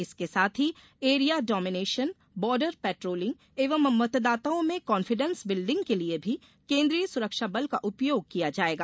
इसके साथ ही एरिया डोमिनेशन बॉर्डर पेट्रोलिंग एवं मतदाताओं में कॉन्फिडेंस बिल्डिंग के लिये भी केन्द्रीय सुरक्षा बल का उपयोग किया जाएगा